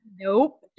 Nope